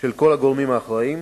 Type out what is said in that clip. של כל הגורמים האחראים,